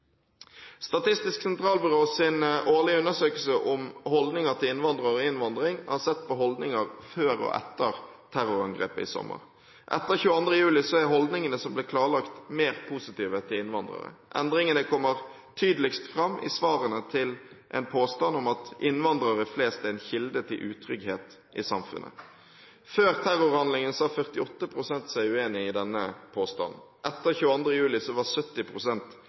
årlige undersøkelse om holdninger til innvandrere og innvandring har man sett på holdninger før og etter terrorangrepet i sommer. Etter 22. juli er holdningene som ble klarlagt, mer positive til innvandrere. Endringene kommer tydeligst fram i svarene til en påstand om at innvandrere er en kilde til utrygghet i samfunnet. Før terrorhandlingene sa 48 pst. seg uenig i denne påstanden. Etter 22. juli var